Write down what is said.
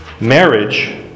Marriage